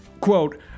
Quote